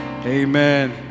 amen